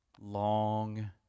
long